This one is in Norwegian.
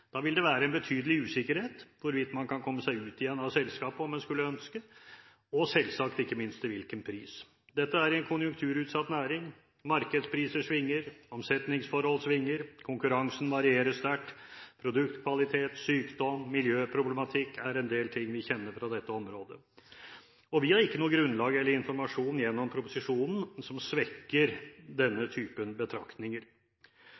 Da vil det være en betydelig usikkerhet hvorvidt man kan komme seg ut igjen av selskapet om en skulle ønske, og ikke minst til hvilken pris. Dette er en konjunkturutsatt næring, markedspriser svinger, omsetningsforhold svinger, konkurransen varierer sterkt, produktkvalitet, sykdom, miljøproblematikk er en del ting vi kjenner fra dette området. Vi har ikke noe grunnlag eller informasjon gjennom proposisjonen som svekker